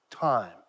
time